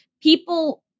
people